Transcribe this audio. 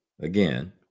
again